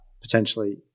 potentially